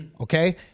Okay